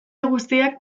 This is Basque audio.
guztiak